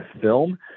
Film